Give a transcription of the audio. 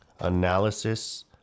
Analysis